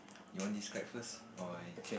you want describe first or